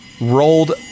rolled